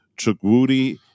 Chukwudi